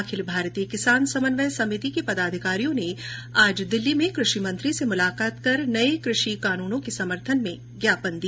अखिल भारतीय किसान समन्वय समिति के पदाधिकारियों ने आज दिल्ली में कषि मंत्री से मुलाकात कर नये कृषि कानूनों के समर्थन में ज्ञापन दिया